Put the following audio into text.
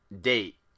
date